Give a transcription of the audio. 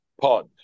pod